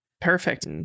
Perfect